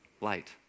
Light